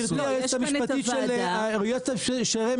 יש כאן את הוועדה --- יישוב סכסוך.